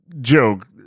joke